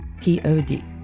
p-o-d